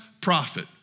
prophet